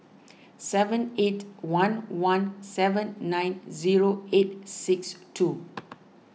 seven eight one one seven nine zero eight six two